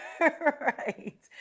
right